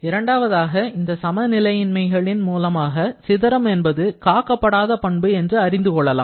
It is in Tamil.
இரண்டாவதாக இந்த சமநிலையின்மைகளின் மூலமாக சிதறம் என்பது காக்கபடாத பண்பு என்று அறிந்து கொள்ளலாம்